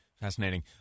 Fascinating